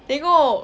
tengok